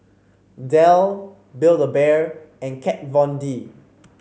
Dell Build A Bear and Kat Von D